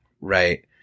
right